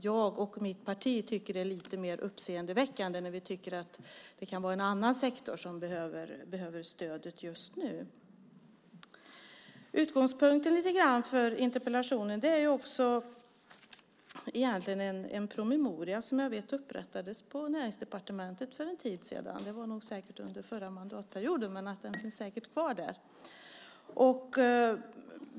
Jag och mitt parti tycker kanske att det är lite mer uppseendeväckande, när vi tycker att det kan vara en annan sektor som behöver stödet just nu. Utgångspunkten för interpellationen är också en promemoria som upprättades på Näringsdepartementet för en tid sedan - det var nog under förra mandatperioden, men den finns säkert kvar där.